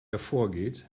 hervorgeht